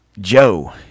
Joe